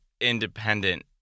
independent